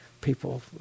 people